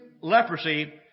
leprosy